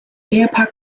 ehepaar